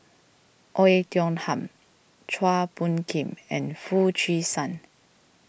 Oei Tiong Ham Chua Phung Kim and Foo Chee San